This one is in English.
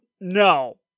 No